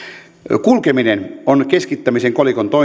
kustannuksia kulkeminen on keskittämisen kolikon toinen